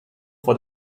for